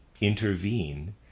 intervene